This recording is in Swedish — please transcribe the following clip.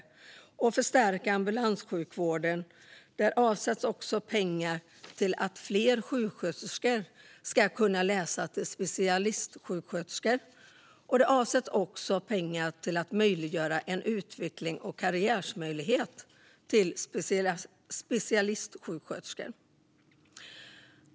För att förstärka ambulanssjukvården avsätts också pengar till att fler sjuksköterskor ska kunna läsa till specialistsjuksköterska, och det avsätts också pengar till att möjliggöra en utvecklings och karriärmöjlighet för specialistsjuksköterskor.